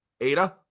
Ada